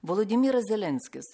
volodymyras zelenskis